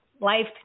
life